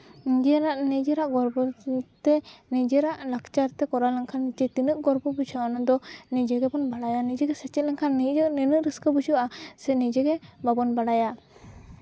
ᱱᱤᱡᱮᱨᱟᱜ ᱱᱤᱡᱮᱨᱟᱜ ᱜᱚᱨᱵᱚ ᱵᱚᱫᱛᱮ ᱱᱤᱡᱮᱨᱟᱜ ᱞᱟᱠᱪᱟᱨ ᱛᱮ ᱠᱚᱨᱟᱣ ᱞᱮᱱᱠᱷᱟᱱ ᱡᱮ ᱛᱤᱱᱟᱹᱜ ᱜᱚᱨᱵᱚ ᱵᱩᱡᱷᱟᱹᱜᱼᱟ ᱚᱱᱟ ᱫᱚ ᱱᱤᱡᱮ ᱜᱮᱵᱚᱱ ᱵᱟᱲᱟᱭᱟ ᱚᱱᱟ ᱫᱚ ᱱᱤᱡᱮ ᱜᱮ ᱥᱮᱪᱮᱫ ᱞᱮᱱᱠᱷᱟᱱ ᱱᱤᱭᱟᱹ ᱜᱮ ᱱᱤᱱᱟᱹᱜ ᱨᱟᱹᱥᱠᱟᱹ ᱵᱩᱡᱷᱟᱹᱜᱼᱟ ᱥᱮ ᱱᱤᱡᱮ ᱜᱮ ᱵᱟᱵᱚᱱ ᱵᱟᱲᱟᱭᱟ